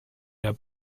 der